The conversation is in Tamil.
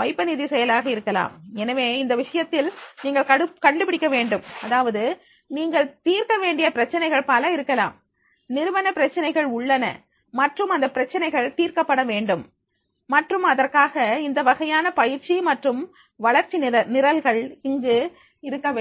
வைப்பு நிதி செயலாக இருக்கலாம் எனவே இந்த விஷயத்தில் நீங்கள் கண்டுபிடிக்க வேண்டும்அதாவது நீங்கள் தீர்க்க வேண்டிய பிரச்சனைகள் பல இருக்கலாம் நிறுவன பிரச்சனைகள் உள்ளன மற்றும் அந்த பிரச்சனைகள் தீர்க்கப்படவேண்டும் மற்றும் அதற்காக இந்த வகையான பயிற்சி மற்றும் வளர்ச்சி நிரல்கள் இங்கு இருக்க வேண்டும்